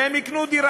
והם יקנו דירה.